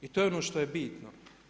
I to je ono što je bitno.